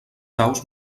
daus